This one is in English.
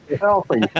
healthy